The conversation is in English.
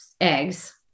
eggs